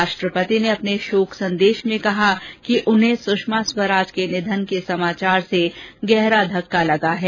राष्ट्रपतिं कोविंद ने अपने शोक संदेश में कहा कि उन्हें सुषमा स्वराज के निधन के समाचार से गहरा धक्का लगा है